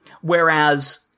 Whereas